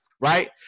right